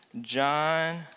John